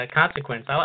consequence